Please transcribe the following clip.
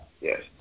yes